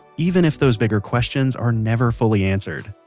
even if those bigger questions are never fully answered,